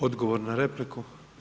Odgovor na repliku.